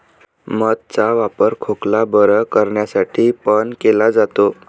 मध चा वापर खोकला बरं करण्यासाठी पण केला जातो